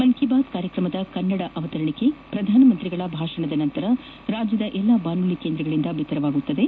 ಮನ್ ಕಿ ಬಾತ್ ಕಾರ್ಯಕ್ರಮದ ಕನ್ನಡ ಅವತರಣಿಕೆ ಪ್ರಧಾನಮಂತ್ರಿ ಭಾಷಣದ ನಂತರ ರಾಜ್ಯದ ಎಲ್ಲಾ ಬಾನುಲಿ ಕೇಂದ್ರಗಳಿಂದ ಬಿತ್ತರವಾಗಲಿದೆ